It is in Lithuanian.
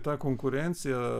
ta konkurencija